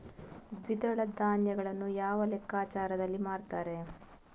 ದ್ವಿದಳ ಧಾನ್ಯಗಳನ್ನು ಯಾವ ಲೆಕ್ಕಾಚಾರದಲ್ಲಿ ಮಾರ್ತಾರೆ?